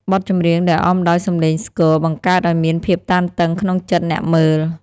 បទចម្រៀងដែលអមដោយសំឡេងស្គរ បង្កើតឱ្យមានភាពតានតឹងក្នុងចិត្តអ្នកមើល។